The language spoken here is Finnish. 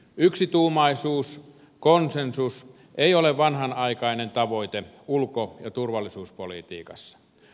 yksituumaisuus konsensus ei ole vanhanaikainen tavoite ulko ja turvallisuuspolitiikassa